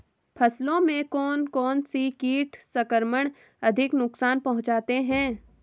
फसलों में कौन कौन से कीट संक्रमण अधिक नुकसान पहुंचाते हैं?